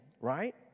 right